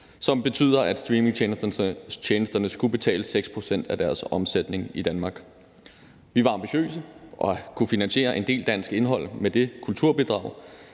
betyde, at streamingtjenesterne skulle betale 6 pct. af deres omsætning i Danmark. Vi var ambitiøse og kunne finansiere en del dansk indhold med det kulturbidrag,